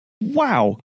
Wow